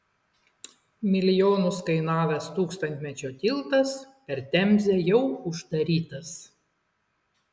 milijonus kainavęs tūkstantmečio tiltas per temzę jau uždarytas